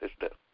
sister